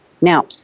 Now